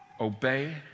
Obey